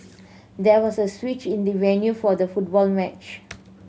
there was a switch in the venue for the football match